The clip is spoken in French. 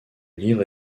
livre